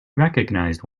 recognized